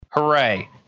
Hooray